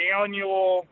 annual